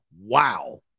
Wow